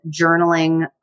journaling